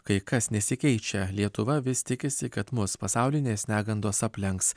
kai kas nesikeičia lietuva vis tikisi kad mus pasaulinės negandos aplenks